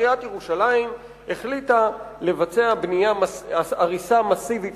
עיריית ירושלים החליטה לבצע הריסה מסיבית